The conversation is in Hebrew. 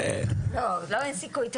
לא אין סיכוי.